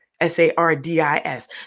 S-A-R-D-I-S